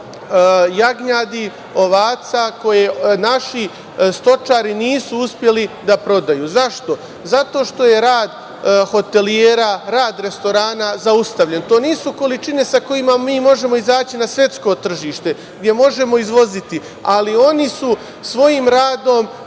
jagnjadi, ovaca, koje naši stočari nisu uspeli da prodaju. Zašto? Zato što je rad hotelijera, rad restorana zaustavljen. To nisu količine sa kojima mi možemo izaći na svetsko tržište gde možemo izvoziti, ali oni su svojim radom